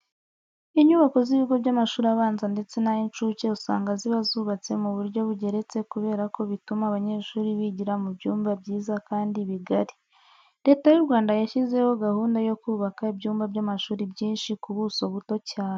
Inyubako z'ibigo by'amashuri abanza ndetse n'ay'incuke usanga ziba zubatswe mu buryo bugeretse kubera ko bituma abanyeshuri bigira mu byumba byiza kandi bigari. Leta y'u Rwanda yashyizeho gahunda yo kubaka ibyumba by'amashuri byinshi ku buso buto cyane.